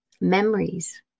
memories